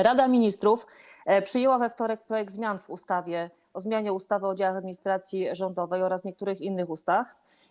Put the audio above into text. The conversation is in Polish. Rada Ministrów przyjęła we wtorek projekt zmian w ustawie o zmianie ustawy o działach administracji rządowej oraz niektórych innych ustaw.